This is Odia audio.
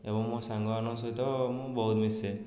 ଏବଂ ମୋ ସାଙ୍ଗମାନଙ୍କ ସହିତ ମୁଁ ବହୁତ ମିଶେ